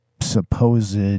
supposed